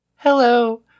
Hello